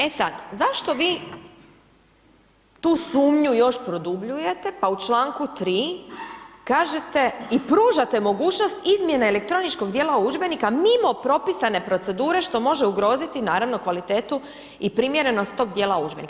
E sad, zašto vi tu sumnju još produbljujete pa u članku 3. kažete i pružate mogućnost izmjene elektroničkog dijela udžbenika mimo propisane procedure što može ugroziti naravno kvalitetu i primjernost tog dijela udžbenika.